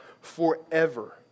forever